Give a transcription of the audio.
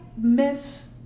miss